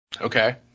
Okay